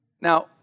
Now